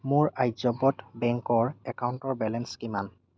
মোৰ আৰ্যব্ৰত বেংকৰ একাউণ্টৰ বেলেঞ্চ কিমান